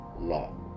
law